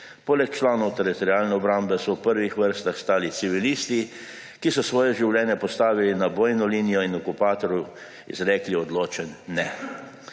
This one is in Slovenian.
Poleg članov Teritorialne obrambe so v prvih vrstah stali civilisti, ki so svoje življenje postavili na bojno linijo in okupatorju izrekli odločen »ne«.